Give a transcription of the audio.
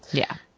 yeah.